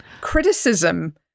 Criticism